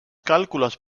cálculos